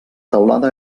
teulada